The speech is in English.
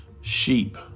sheep